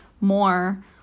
more